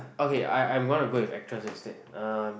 okay I I'm going to go with actress instead um